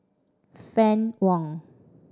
Fann Wong